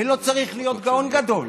ולא צריך להיות גאון גדול.